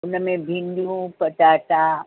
उन में भिंडियूं पटाटा